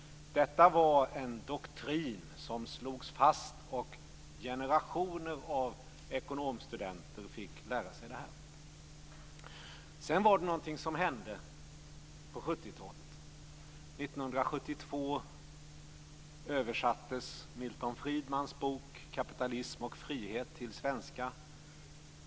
Detta var en doktrin som slogs fast, och generationer av ekonomstudenter fick lära sig detta. Sedan var det någonting som hände på 70-talet. 1972 översattes Milton Friedmans bok Kapitalism och frihet till svenska.